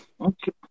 Okay